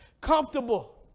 comfortable